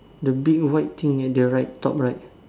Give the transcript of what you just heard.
the big white thing at the right top right